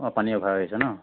অঁ পানী অভাৰ হৈছে ন